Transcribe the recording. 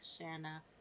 Shanna